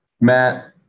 matt